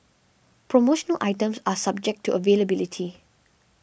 promotional items are subject to availability